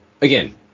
again